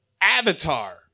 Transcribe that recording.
Avatar